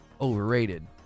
overrated